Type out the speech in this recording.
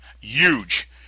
huge